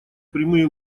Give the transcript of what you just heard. прямые